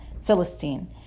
Philistine